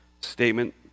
statement